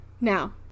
Now